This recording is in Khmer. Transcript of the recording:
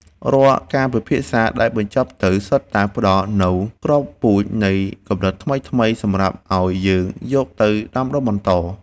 រាល់ការពិភាក្សាដែលបញ្ចប់ទៅ សុទ្ធតែផ្ដល់នូវគ្រាប់ពូជនៃគំនិតថ្មីៗសម្រាប់ឱ្យយើងយកទៅដាំដុះបន្ត។